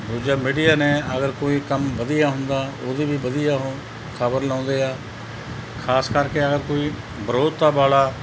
ਦੂਜਾ ਮੀਡੀਆ ਨੇ ਅਗਰ ਕੋਈ ਕੰਮ ਵਧੀਆ ਹੁੰਦਾ ਉਹਦੀ ਵੀ ਵਧੀਆ ਉਹ ਖਬਰ ਲਾਉਂਦੇ ਆ ਖਾਸ ਕਰਕੇ ਅਗਰ ਕੋਈ ਵਿਰੋਧਤਾ ਵਾਲਾ